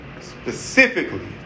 specifically